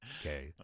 Okay